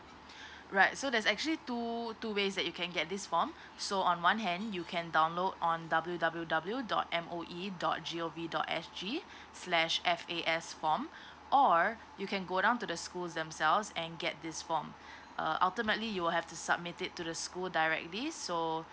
right so there's actually two two ways that you can get this form so on one hand you can download on W W W dot M O E dot G O V dot S G slash F_A_S form or you can go down to the schools themselves and get this form uh ultimately you will have to submit it to the school directly so